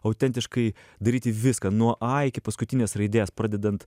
autentiškai daryti viską nuo a iki paskutinės raidės pradedant